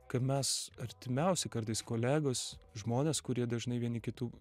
kad mes artimiausi kartais kolegos žmonės kurie dažnai vieni kitų